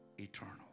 eternal